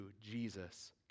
Jesus